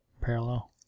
parallel